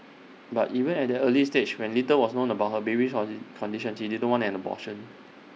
but even at that early stage when little was known about her baby's condition she did not want an abortion